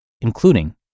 including